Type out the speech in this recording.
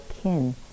kin